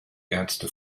ärzte